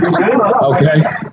Okay